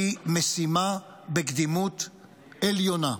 היא משימה בקדימות עליונה.